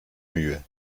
mühe